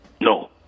No